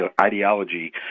ideology